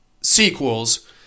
sequels